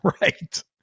Right